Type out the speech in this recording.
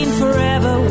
forever